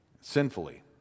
sinfully